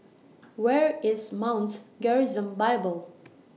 Where IS Mounts Gerizim Bible